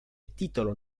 titolo